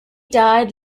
died